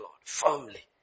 Firmly